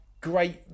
Great